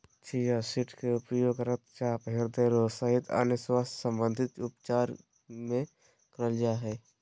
chia seeds के उपयोग रक्तचाप, हृदय रोग सहित अन्य स्वास्थ्य संबंधित उपचार मे करल जा हय